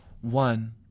One